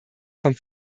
vom